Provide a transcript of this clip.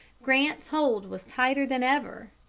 grant's hold was tighter than ever.